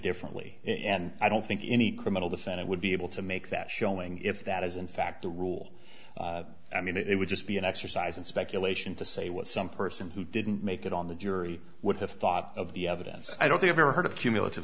differently and i don't think any criminal the senate would be able to make that showing if that is in fact the rule i mean it would just be an exercise in speculation to say what some person who didn't make it on the jury would have thought of the evidence i don't think i've ever heard of cumulative